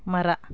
ಮರ